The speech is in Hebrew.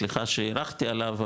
סליחה שהארכתי עליו,